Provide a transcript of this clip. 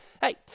hey